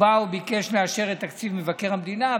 הוא בא וביקש לאשר את תקציב מבקר המדינה,